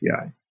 API